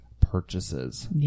purchases